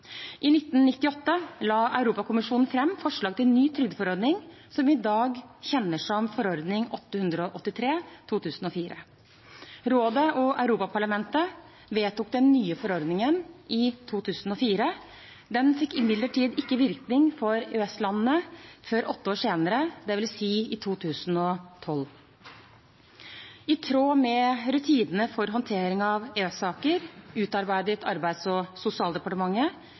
I 1998 la Europakommisjonen fram forslag til en ny trygdeforordning, som vi i dag kjenner som forordning 883/2004. Rådet og Europaparlamentet vedtok den nye forordningen i 2004. Den fikk imidlertid ikke virkning for EØS-landene før åtte år senere, dvs. i 2012. I tråd med rutinene for håndtering av EØS-saker utarbeidet Arbeids- og sosialdepartementet